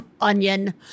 Onion